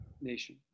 Nation